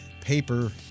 paper